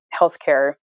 healthcare